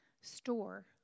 store